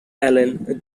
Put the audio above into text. allen